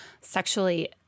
sexually